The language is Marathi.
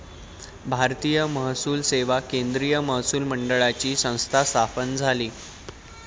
भारतीय महसूल सेवा केंद्रीय महसूल मंडळाची संस्था स्थापन झाली